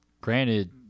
granted